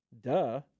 Duh